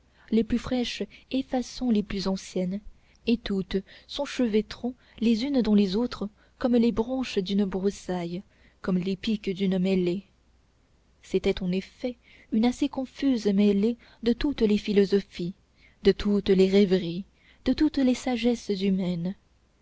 les plus fraîches effaçant les plus anciennes et toutes s'enchevêtrant les unes dans les autres comme les branches d'une broussaille comme les piques d'une mêlée c'était en effet une assez confuse mêlée de toutes les philosophies de toutes les rêveries de toutes les sagesses humaines